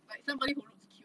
like somebody who looks cute